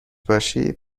باشی